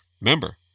Remember